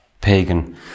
pagan